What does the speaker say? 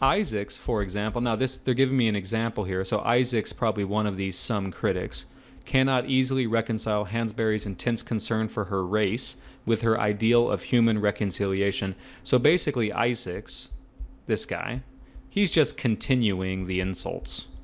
isaacs for example, now this they're giving me an example here so isaacs is probably one of these some critics cannot easily reconcile hansberry's intense concern for her race with her ideal of human reconciliation so basically isaacs this guy he's just continuing the insults,